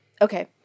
Okay